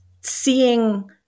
seeing